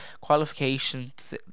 qualifications